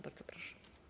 Bardzo proszę.